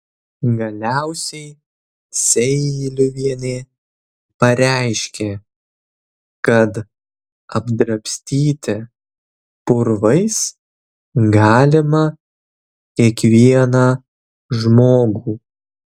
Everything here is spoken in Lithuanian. galiausiai seiliuvienė pareiškė kad apdrabstyti purvais galima kiekvieną žmogų